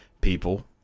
people